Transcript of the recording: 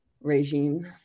regime